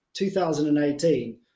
2018